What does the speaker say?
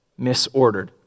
misordered